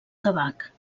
tabac